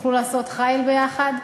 ותוכלו לעשות חיל יחד.